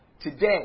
today